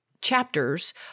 chapters